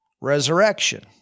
resurrection